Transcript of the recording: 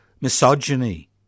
misogyny